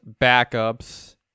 backups